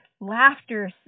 laughter